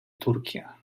turchia